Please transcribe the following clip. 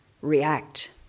react